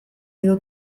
edo